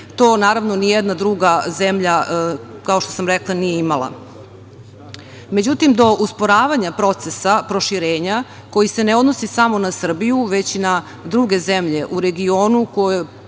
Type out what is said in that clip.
To, naravno, nijedna druga zemlja, kao što sam rekla, nije imala. Do usporavanja procesa proširenja, koji se odnosi samo na Srbiju već i na druge zemlje u regionu koje